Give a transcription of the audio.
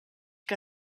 que